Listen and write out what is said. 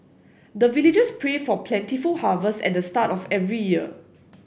the villagers pray for plentiful harvest at the start of every year